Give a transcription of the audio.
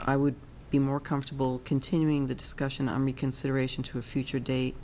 i would be more comfortable continuing the discussion army consideration to a future date